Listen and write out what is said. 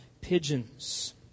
pigeons